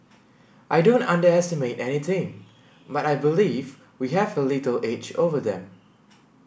I don't underestimate any team but I believe we have a little edge over them